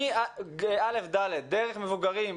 מכיתות א'-ד' דרך מבוגרים,